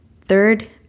Third